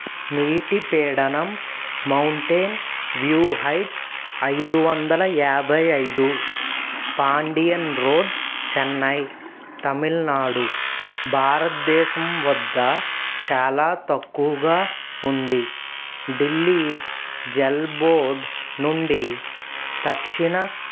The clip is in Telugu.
నీటి పీడనం మౌంటెన్ వ్యూ హైట్స్ ఐదు వందల యాభై ఐదు పాండియన్ రోడ్ చెన్నై తమిళనాడు భారత్దేశం వద్ద చాలా తక్కువగా ఉంది ఢిల్లీ జల్ బోర్డ్ నుండి తక్షిణ